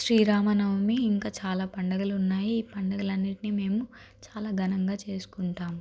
శ్రీరామనవమి ఇంకా చాలా పండుగలు ఉన్నాయి ఈ పండగలన్నింటినీ మేము చాలా ఘనంగా చేసుకుంటాము